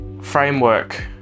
framework